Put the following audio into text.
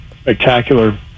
spectacular